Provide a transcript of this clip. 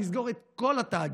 אני אסגור את כל התאגידים.